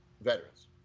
veterans